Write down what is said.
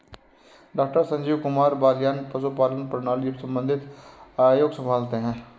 doctor Sanjeev Kumar Baliyan पशुपालन प्रणाली संबंधित आयोग संभालते हैं